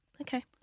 Okay